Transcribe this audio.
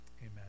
Amen